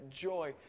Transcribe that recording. joy